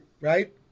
Right